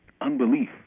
unbelief